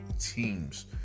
teams